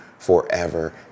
forever